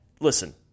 listen